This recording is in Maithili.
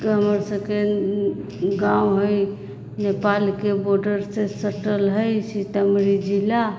तऽ हमरसभके गाँव हइ नेपालके बोर्डरसँ सटल हइ सीतामढ़ी जिला